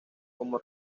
como